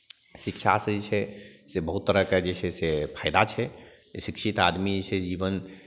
शिक्षासँ जे छै से बहुत तरहके जे छै से फाइदा छै शिक्षित आदमी जे छै जीवन